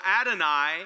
Adonai